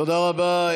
תודה רבה.